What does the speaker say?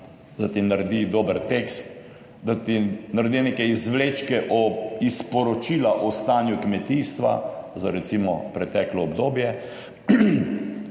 da ti naredi dober tekst, da ti naredi neke izvlečke iz poročila o stanju kmetijstva za recimo preteklo obdobje.